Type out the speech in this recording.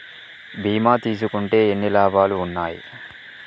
బీమా తీసుకుంటే ఎన్ని లాభాలు ఉన్నాయి?